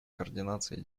координации